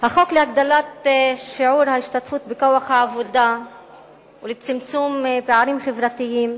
החוק להגדלת שיעור ההשתתפות בכוח העבודה ולצמצום פערים חברתיים